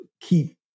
keep